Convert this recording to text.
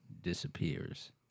disappears